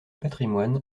patrimoine